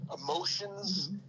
emotions